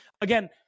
again